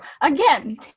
Again